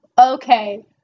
Okay